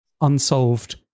unsolved